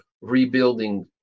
rebuilding